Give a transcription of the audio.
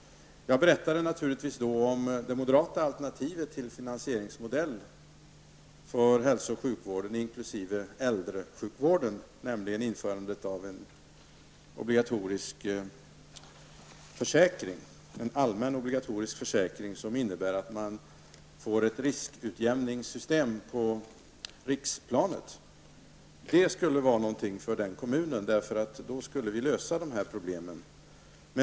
Jag berättade naturligtvis då om den moderata alternativa modellen för finansiering av hälso och sjukvården inkl. äldresjukvården, nämligen införande av en allmän obligatorisk försäkring som innebär att man får ett riskutjämningssystem på riksplanet. Den modellen skulle för Gullspångs del lösa dessa problem.